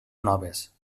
noves